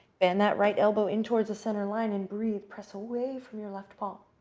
bend that right elbow in towards the center line and breathe. press away from your left palm.